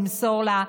למסור לה,